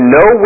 no